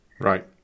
Right